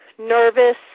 nervous